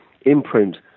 imprint